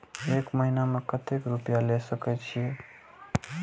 एक महीना में केते रूपया ले सके छिए?